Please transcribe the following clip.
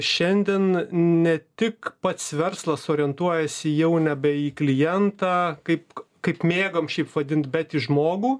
šiandien ne tik pats verslas orientuojasi jau nebe į klientą kaip kaip mėgom šiaip vadint bet į žmogų